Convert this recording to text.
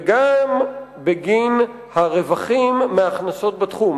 וגם בגין הרווחים מההכנסות בתחום,